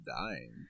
dying